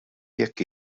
jekk